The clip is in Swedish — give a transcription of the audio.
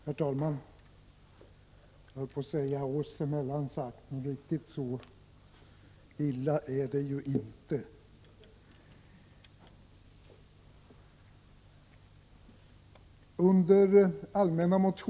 Herr talman! — Jag höll på att säga oss emellan sagt, men riktigt så illa är det ju inte med antalet ledamöter i kammaren.